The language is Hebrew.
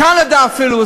קנדה אפילו,